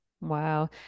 Wow